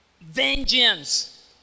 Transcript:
vengeance